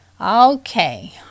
Okay